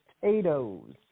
potatoes